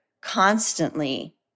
constantly